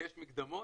יש מקדמות.